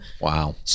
Wow